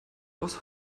aus